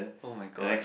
oh my god